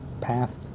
path